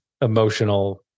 emotional